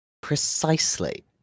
Precisely